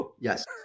Yes